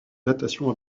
datation